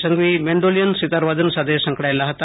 Sanghvi mandolin sitar વાદન સાથે સંકળાયેલા હતા